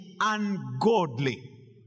ungodly